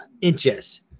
inches